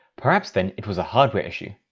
perhaps then it was a hardware issue?